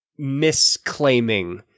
misclaiming